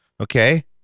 Okay